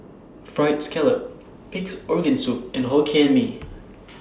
Fried Scallop Pig'S Organ Soup and Hokkien Mee